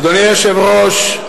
אדוני היושב-ראש,